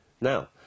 Now